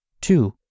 Two